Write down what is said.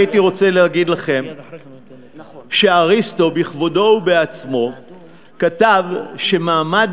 הייתי רוצה להגיד לכם שאריסטו בכבודו ובעצמו כתב שמעמד